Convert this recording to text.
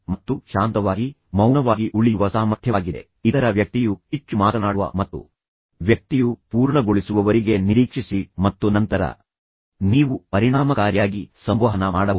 ಮತ್ತು ಅದು ಶಾಂತವಾಗಿ ಮತ್ತು ಮೌನವಾಗಿ ಉಳಿಯುವ ಸಾಮರ್ಥ್ಯವಾಗಿದೆ ಇತರ ವ್ಯಕ್ತಿಯು ಹೆಚ್ಚು ಮಾತನಾಡುವ ಮತ್ತು ವ್ಯಕ್ತಿಯು ಪೂರ್ಣಗೊಳಿಸುವವರಿಗೆ ನಿರೀಕ್ಷಿಸಿ ಮತ್ತು ನಂತರ ನೀವು ಪರಿಣಾಮಕಾರಿಯಾಗಿ ಸಂವಹನ ಮಾಡಬಹುದು